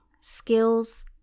skills